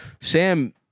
Sam